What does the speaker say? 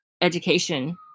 education